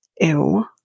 Ew